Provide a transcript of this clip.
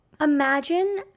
imagine